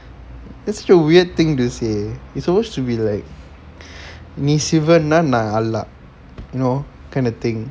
that's a weird thing to say it's supposed to be like நீ:nee sivan நா:na you know kind of thing